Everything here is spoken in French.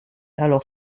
alors